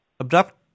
Abduct